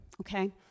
okay